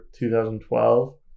2012